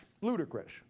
ludicrous